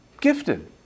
gifted